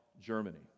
Germany